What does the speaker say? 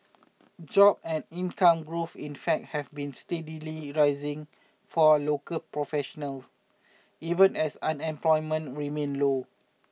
job and income growth in fact have been steadily rising for a local professional even as unemployment remained low